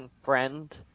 friend